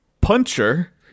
puncher